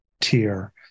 tier